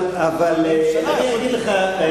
אבל אני אגיד לך,